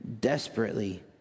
desperately